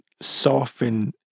soften